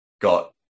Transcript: got